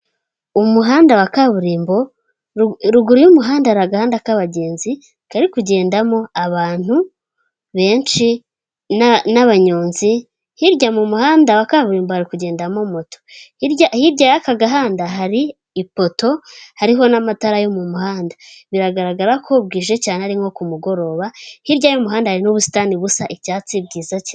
Umuhanda wa kaburimbo ruguru y'umuhanda hari agahanda k'abagenzi kari kugendamo abantu benshi n'abanyonzi, hirya mu muhanda wa kaburimbo hari kugendamo moto. Hirya y'aka gahanda hari ipoto hariho n'amatara yo mu muhanda, biragaragara ko bwije cyane ari nko ku mugoroba, hirya y'umuhanda harimo n'ubusitani busa icyatsi bwiza cyane.